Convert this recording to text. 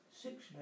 Six